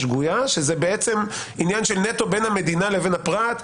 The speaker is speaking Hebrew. שזה בעצם עניין של נטו בין המדינה לבין הפרט.